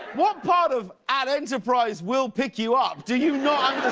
what part of at enterprise will pick you up do you not